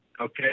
okay